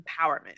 empowerment